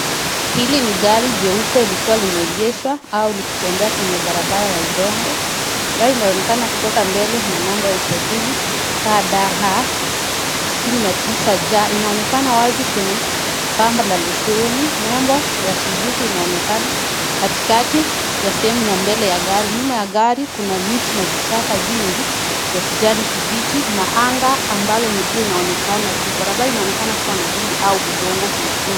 Hili nibgari jeupe likiwa limeegeshwa au likitembea kwenye barabara ya udongo. Gari linaonekana kutoka mbele na namba ya usjaili KDA 609J. Inaonekana wazi kwenye pamba la leseni , nembo ya Suzuki linaonekana , katikati ya sehemu ya mbele ya gari. Nyuma ya gari Kuna miti na vichaka vingi ya kijani kibichi na anga ambalo linaonekana juu. Barabara linaonekana kuwa na vumbi au udongo mwekundu